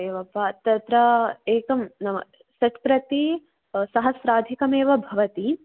ओ एवं वा तत्र एकं नाम तत् प्रति सहस्राधिकमेव भवति